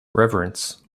reverence